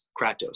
kratos